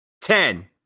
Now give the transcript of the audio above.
Ten